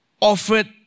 offered